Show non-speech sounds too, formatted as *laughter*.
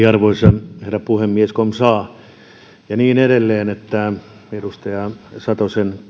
*unintelligible* arvoisa herra puhemies comme ca ja niin edelleen että edustaja satosen